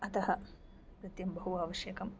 अतः नृत्यं बहु आवश्यकम्